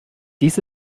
dies